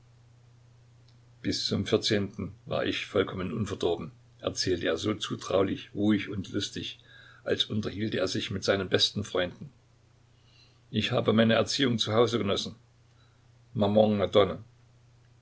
bis zum vierzehnten war ich vollkommen unverdorben erzählte er so zutraulich ruhig und lustig als unterhielte er sich mit seinen besten freunden ich habe meine erziehung zu hause genossen maman